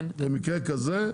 במקרה כזה,